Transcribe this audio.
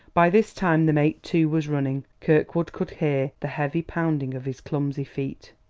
by this time the mate, too, was running kirkwood could hear the heavy pounding of his clumsy feet.